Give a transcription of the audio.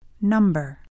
Number